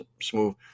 Smooth